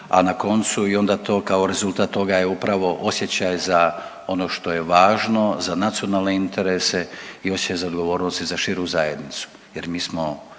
a na koncu i onda to kao rezultat toga je upravo osjećaj za ono što je važno, za nacionalne interese i osjećaj za odgovornost za širu zajednicu jer mi smo